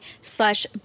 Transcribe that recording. slash